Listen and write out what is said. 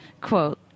quote